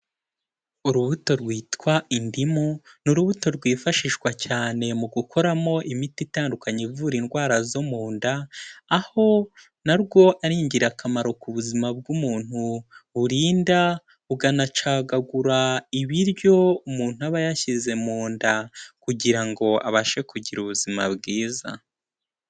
Urubuto rwitwa indimu, ni urubuto rwifashishwa cyane mu gukoramo imiti itandukanye ivura indwara zo mu nda, aho narwo ari ingirakamaro ku buzima bw'umuntu, burinda bukanacagagura ibiryo umuntu aba yashyize mu nda, kugira ngo abashe kugira ubuzima bwiza.